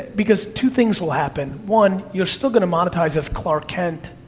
because two things will happen. one, you're still gonna monetize as clark kent.